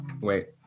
Wait